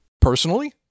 Personally